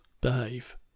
behave